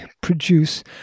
produce